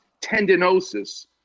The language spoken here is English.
tendinosis